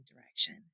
direction